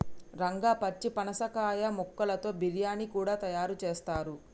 రంగా పచ్చి పనసకాయ ముక్కలతో బిర్యానీ కూడా తయారు చేస్తారు